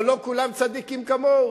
אבל לא כולם צדיקים כמוהו.